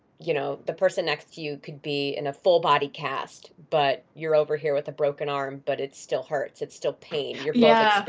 you know the person next to you could be in a full-body cast but you're over here with a broken arm, but it still hurts. it's still pain. your still